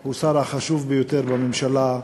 הוא השר החשוב ביותר בממשלה,